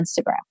Instagram